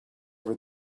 over